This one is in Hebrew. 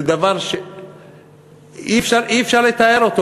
וזה דבר שאי-אפשר לתאר אותו,